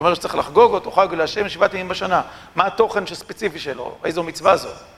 הוא אומר שצריך לחגוג אותו, חג להשם שבעת ימים בשנה, מה התוכן הספציפי שלו, איזו מצווה זו.